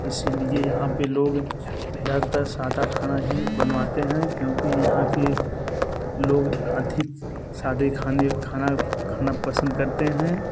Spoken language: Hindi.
इसी लिए यहाँ पर लोग ज़्यादातर सादा खाना ही बनवाते हैं क्योंकि यहाँ के लोग अधिक सादे खाने खाना खाना पसंद करते हैं